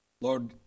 Lord